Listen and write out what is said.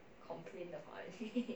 complain 的